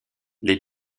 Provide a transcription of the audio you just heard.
les